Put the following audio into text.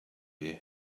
you